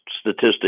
statistics